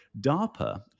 DARPA